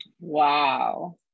Wow